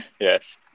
Yes